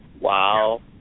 wow